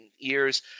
years